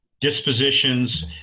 dispositions